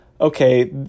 okay